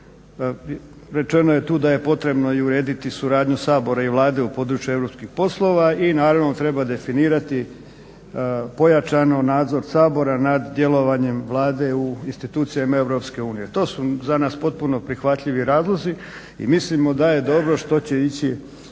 Rečeno je tu da je potrebno i urediti suradnju Sabora i Vlade u području europskih poslova i naravno treba definirati pojačano nadzor Sabora nad djelovanjem Vlade u institucijama Europske unije. To su za nas potpuno prihvatljivi razlozi i mislimo da je dobro što će ići